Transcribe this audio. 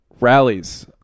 rallies